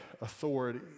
authority